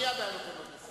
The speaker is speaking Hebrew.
מייד היה נותן לו,